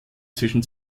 zwischen